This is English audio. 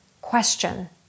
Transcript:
question